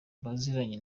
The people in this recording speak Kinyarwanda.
baziranye